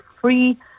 free